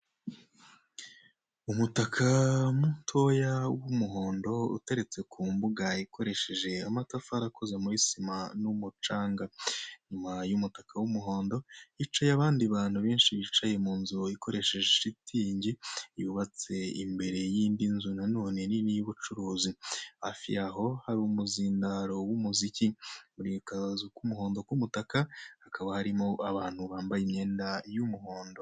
Umutaka mutoya w'umuhondo uteretse ku mbuga ikoresheje amatafari akozwe muri sima n'umucanga . Nyuma y'umutaka w'umuhondo hicaye abandi bantu benshi bicaye munzu ikoresheje shitingi yubatse imbere y'indi nzu nanone nini y'ubucuruzi hafi y'aho hari umuzindaro w'umuziki ,buri kazu k'umuhondo k'umutaka hakaba harimo abantu bambaye imyenda y'umuhondo.